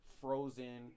frozen